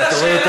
תענה על השאלה.